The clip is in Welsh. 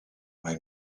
mai